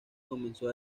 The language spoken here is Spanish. comenzó